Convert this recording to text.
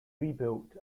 rebuilt